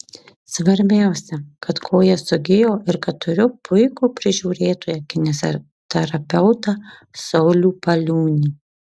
svarbiausia kad koja sugijo ir kad turiu puikų prižiūrėtoją kineziterapeutą saulių paliūnį